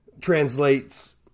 translates